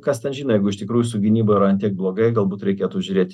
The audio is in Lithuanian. kas ten žino jeigu iš tikrųjų su gynyba yra ant tiek blogai galbūt reikėtų žiūrėt